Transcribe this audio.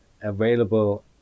available